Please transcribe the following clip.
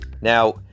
Now